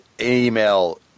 email